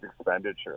expenditure